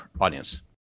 audience